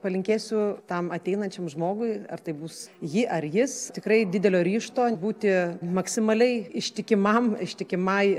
palinkėsiu tam ateinančiam žmogui ar tai bus ji ar jis tikrai didelio ryžto būti maksimaliai ištikimam ištikimai